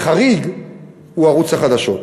החריג הוא ערוץ החדשות,